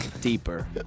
Deeper